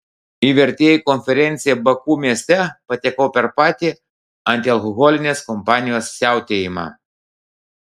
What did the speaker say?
į vertėjų konferenciją baku mieste patekau per patį antialkoholinės kampanijos siautėjimą